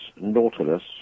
Nautilus